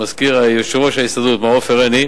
עם יושב-ראש ההסתדרות, מר עופר עיני,